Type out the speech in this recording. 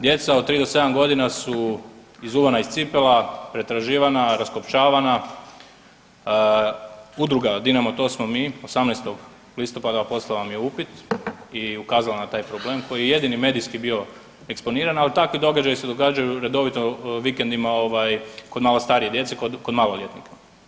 Djeca 3-7 godina su izuvana iz cipela, pretraživana, raskopčavana, udruga Dinamo, to smo mi, 18. listopada poslala vam je upit i ukazala na taj problem koji je jedini medijski bio eksponiran, ali takvi događaji se događaju redovito vikendima kod malo starije djece, kod maloljetnika.